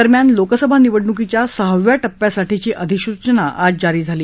दरम्यान लोकसभा निवडणुकीच्या सहाव्या टप्प्यासाठीची अधिसूचना आज जारी झाली